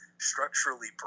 structurally